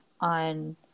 on